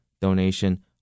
donation